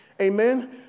Amen